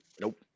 Nope